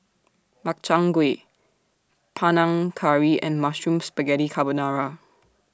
Makchang Gui Panang Curry and Mushroom Spaghetti Carbonara